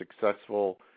successful –